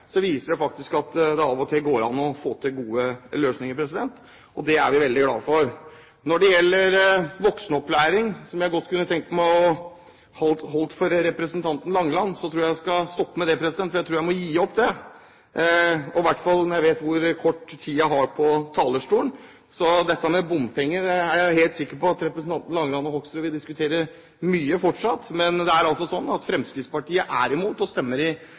Så er jeg veldig glad for Bratsbergbanen. Det viser at det av og til faktisk nytter, med et tøft og tungt press fra hele det politiske miljøet i Telemark – fra alle politiske leirer – å få til gode løsninger. Det er vi veldig glade for. Når det gjelder voksenopplæring – og jeg kunne godt tenkt meg å gi representanten Langeland voksenopplæring – skal jeg stoppe her, jeg tror jeg må gi opp det, i hvert fall når jeg vet hvor kort tid jeg har igjen av taletiden. Dette med bompenger er jeg helt sikker på at representanten Langeland og jeg vil diskutere mye fremover. Det er altså